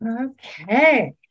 Okay